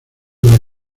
los